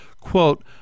Quote